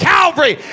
Calvary